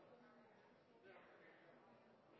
enslig. Det er altså et